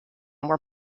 were